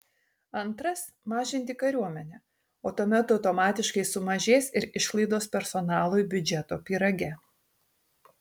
antras mažinti kariuomenę o tuomet automatiškai sumažės ir išlaidos personalui biudžeto pyrage